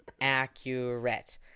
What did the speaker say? accurate